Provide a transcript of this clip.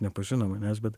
nepažino manęs bet